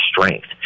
strength